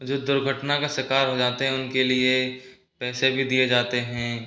जो दुर्घटना के शिकार हो जाते हैं उनके लिए पैसे भी दिए जाते हैं